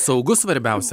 saugu svarbiausia